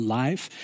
life